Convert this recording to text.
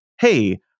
Hey